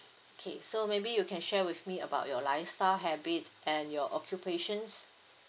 okay so maybe you can share with me about your lifestyle habit and your occupations